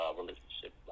relationship